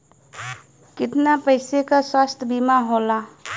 कितना पैसे का स्वास्थ्य बीमा होला?